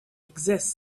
exists